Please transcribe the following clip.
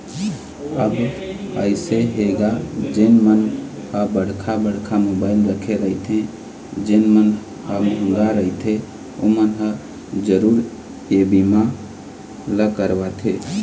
अब अइसे हे गा जेन मन ह बड़का बड़का मोबाइल रखे रहिथे जेन मन ह मंहगा रहिथे ओमन ह जरुर ये बीमा ल करवाथे